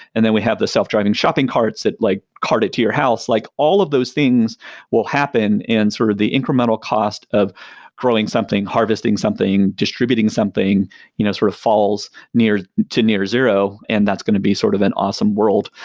and then we have the self driving shopping carts that like cart it to your house. like all of those things will happen and sort of the incremental cost of growing something, harvesting something, distributing something you know sort of falls to near zero and that's going to be sort of an awesome world,